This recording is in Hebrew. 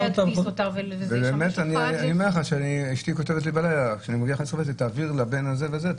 אני אומר לך שאשתי כותבת לי בנייד תעביר לבן הזה וזה,